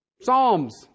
Psalms